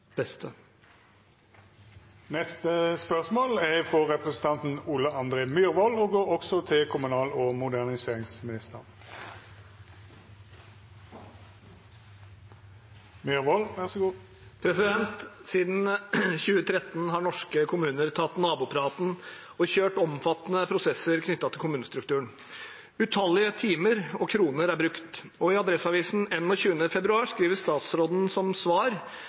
2013 har norske kommuner tatt nabopraten og kjørt omfattende prosesser knyttet til kommunestruktur. Utallige timer og kroner er brukt. I Adresseavisen 21. februar skriver statsråden som svar